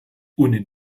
ohne